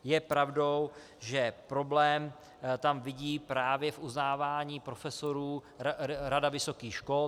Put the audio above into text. Je pravdou, že problém tam vidí právě v uznávání profesorů Rada vysokých škol.